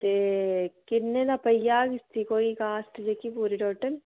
ते किन्ने दा पेई जाग जेह्की कॉस्ट पूरी टोटल